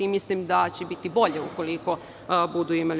Mislim da će biti bolje ukoliko budu imali.